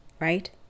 right